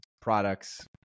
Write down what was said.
products